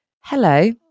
hello